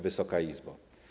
Wysoka Izbo!